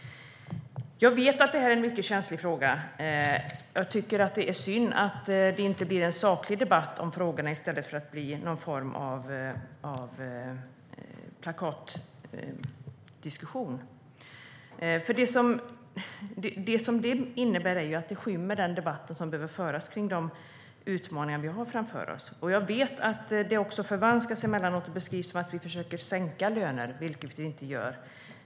Jag vet att det här är en mycket känslig fråga. Det är synd att det blir någon form av plakatdiskussion i stället för den sakliga debatt som behöver föras kring de utmaningar vi har framför oss. Jag vet att detta också förvanskas emellanåt och beskrivs som att vi försöker sänka löner, vilket inte är fallet.